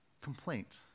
complaint